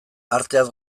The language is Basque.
arteaz